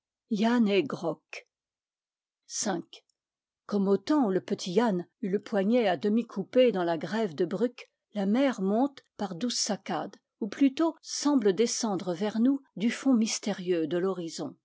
comme au temps où le petit yann eut le poignet à demi coupé dans la grève de bruk la mer monte par douces saccades ou plutôt semble descendre vers nous du fond mystérieux de